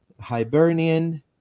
Hibernian